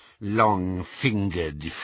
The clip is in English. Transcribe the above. long-fingered